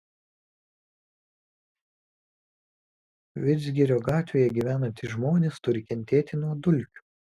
vidzgirio gatvėje gyvenantys žmonės turi kentėti nuo dulkių